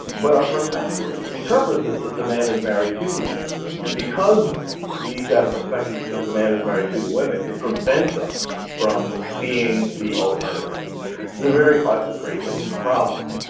but our perspective interprets this as the man who is married to the women and because we've got a perspective that says the man is married to the women, it prevents us from seeing the alternative. this is a very classic creativity problem.